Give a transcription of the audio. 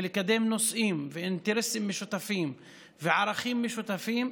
ולקדם נושאים ואינטרסים משותפים וערכים משותפים,